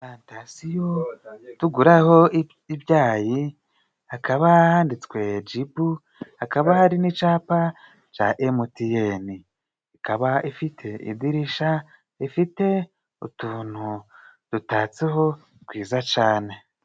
Alimantasiyo tuguraraho ibyayi hakaba handitswe Jibu, hakaba hari n'icapa ca Emutiyene, ikaba ifite idirishya rifite utuntu dutatseho twiza cane.